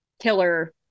killer